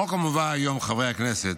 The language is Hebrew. החוק המובא היום, חברי הכנסת,